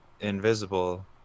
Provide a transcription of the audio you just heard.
invisible